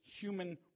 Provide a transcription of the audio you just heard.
human